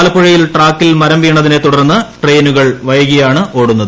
ആലപ്പുഴയിൽ ട്രാക്കിൽ മരം വീണതിനെതുടർന്ന് ട്രെയിനുകൾ വൈകിയാണ് ഓടുന്നത്